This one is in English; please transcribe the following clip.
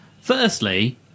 Firstly